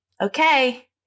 okay